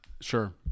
Sure